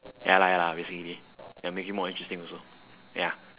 ya lah ya lah basically like make it more interesting also ya